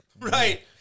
Right